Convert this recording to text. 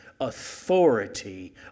authority